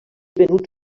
venut